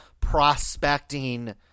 prospecting